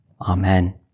Amen